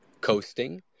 coasting